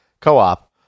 co-op